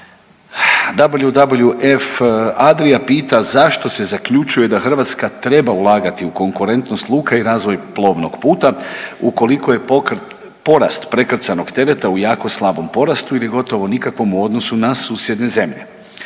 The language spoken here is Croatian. F Adria pita zašto se zaključuje da Hrvatska treba ulagati u konkurentnost luka i razvoj plovnog puta ukoliko je porast prekrcajnog tereta u jako slabom porastu ili gotovo nikakvom u odnosu na susjedne zemlje.